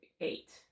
eight